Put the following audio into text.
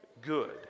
good